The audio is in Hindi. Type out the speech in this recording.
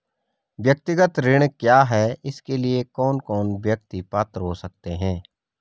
व्यक्तिगत ऋण क्या है इसके लिए कौन कौन व्यक्ति पात्र हो सकते हैं?